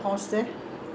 I saw one photo